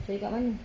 cari kat mana